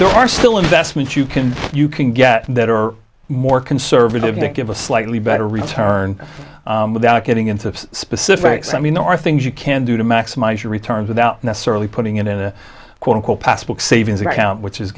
there are still investments you can you can get that are more conservative and give a slightly better return without getting into specifics i mean there are things you can do to maximize your returns without necessarily putting in a quote unquote passbook savings account which is